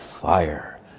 fire